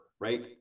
right